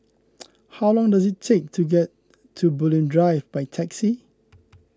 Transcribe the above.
how long does it take to get to Bulim Drive by taxi